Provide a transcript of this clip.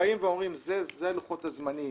שאומרים שאלו לוחות הזמנים